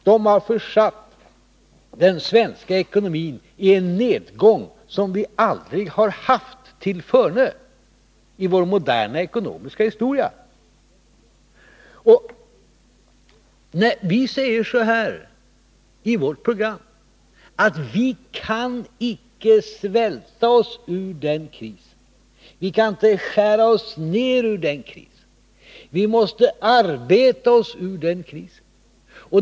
De har försatt den svenska ekonomin i en nedgång som vi aldrig tillförne haft i vår moderna ekonomiska historia. Vi säger i vårt program att vi icke kan svälta oss ur krisen eller skära oss ur den, utan att vi måste arbeta oss ur krisen.